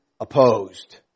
opposed